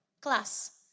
class